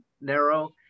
narrow